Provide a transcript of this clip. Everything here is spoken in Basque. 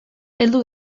heldu